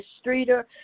Streeter